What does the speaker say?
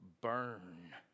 burn